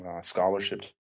scholarships